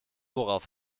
worauf